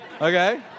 okay